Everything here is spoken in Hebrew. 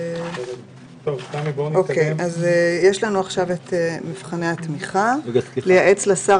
אנחנו עוברים למבחני התמיכה: "(3) לייעץ לשר